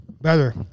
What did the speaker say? Better